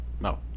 No